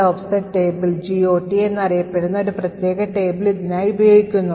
Global Offset Table എന്നറിയപ്പെടുന്ന ഒരു പ്രത്യേക table ഇതിനായി ഉപയോഗിക്കുന്നു